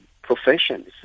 professions